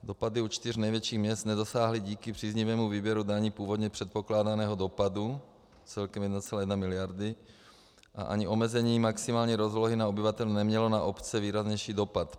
Dopady u čtyř největších měst nedosáhly díky příznivému výběru daní původně předpokládaného dopadu celkem 1,1 mld. a ani omezení maximální rozlohy na obyvatele nemělo na obce výraznější dopad.